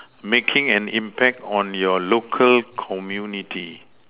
making an impact on your local community